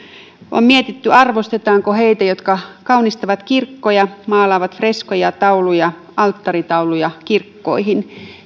on mietitty arvostetaanko heitä jotka kaunistavat kirkkoja maalaavat freskoja tauluja alttaritauluja kirkkoihin